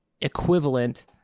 equivalent